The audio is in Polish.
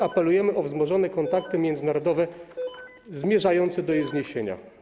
Apelujemy o wzmożone kontakty międzynarodowe zmierzające do jej zniesienia.